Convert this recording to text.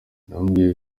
namubwiye